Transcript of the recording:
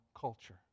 culture